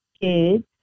kids